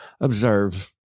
observe